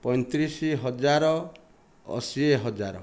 ପଇଁତିରିଶ ହଜାର ଅଶି ହଜାର